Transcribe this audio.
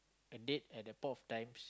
a date and the point of times